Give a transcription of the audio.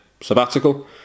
sabbatical